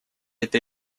этой